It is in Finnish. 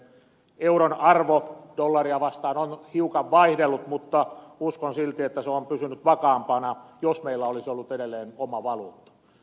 euron arvo dollaria vastaan on hiukan vaihdellut mutta uskon silti että se on pysynyt vakaampana kuin jos meillä olisi ollut edelleen oma valuutta